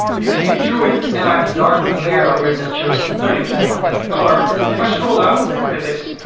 you can see through it and i have a dark layer over it that shows thirty percent of that color. if i scroll down, look at this.